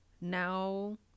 now